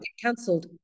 cancelled